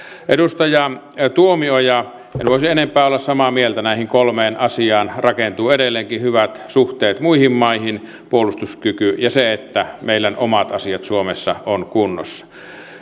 edustaja tuomioja en voisi enempää olla samaa mieltä näihin kolmeen asiaan se rakentuu edelleenkin hyvät suhteet muihin maihin puolustuskyky ja se että meidän omat asiamme suomessa ovat kunnossa